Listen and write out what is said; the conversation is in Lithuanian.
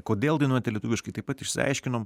kodėl dainuojate lietuviškai taip pat išsiaiškinom